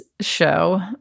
show